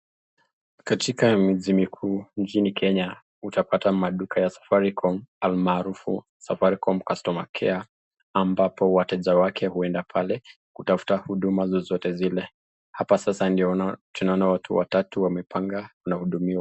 Katika miji mikuu nchini Kenya utapata maduka ya safaricom alimarufu safaricom (cs)customer care(cs) ambapo wateja wake huenda pale kutafuta huduma zozote zile ,hapa sasa ndio tunaona watu watatu wamepanga wanahudumiwa.